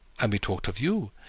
and we talked of you.